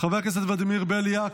חבר הכנסת ולדימיר בליאק,